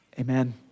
Amen